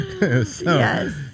Yes